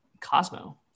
cosmo